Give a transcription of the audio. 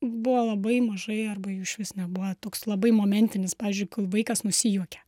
buvo labai mažai arba jų išvis nebuvo toks labai momentinis pavyzdžiui vaikas nusijuokia